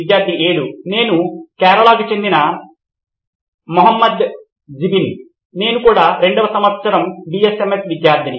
విద్యార్థి 7 నేను కేరళకు చెందిన మహ్మద్ జిబిన్ నేను కూడా 2 వ సంవత్సరం బిఎస్ఎంఎస్ విద్యార్థిని